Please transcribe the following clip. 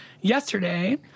Yesterday